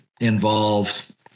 involved